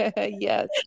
Yes